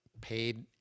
paid